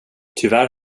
tyvärr